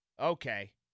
Okay